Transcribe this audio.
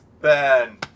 Ben